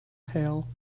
hail